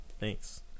Thanks